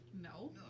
No